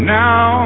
now